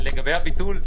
לגבי הביטול,